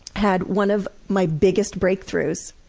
had one of my biggest breakthroughs,